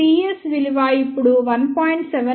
Cs విలువ ఇప్పుడు 1